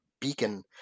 beacon